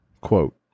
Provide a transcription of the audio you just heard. quote